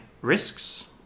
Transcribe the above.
risks